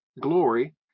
glory